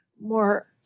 more